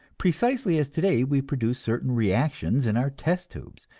precisely as today we produce certain reactions in our test-tubes,